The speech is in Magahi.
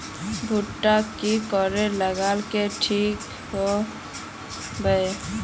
भुट्टा की करे लगा ले ठिक है बय?